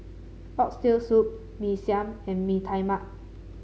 Oxtail Soup Mee Siam and Mee Tai Mak